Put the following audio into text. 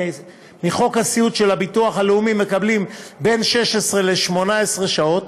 מחוק הסיעוד של הביטוח הלאומי מקבלים בין 16 ל-18 שעות,